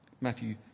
Matthew